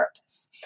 purpose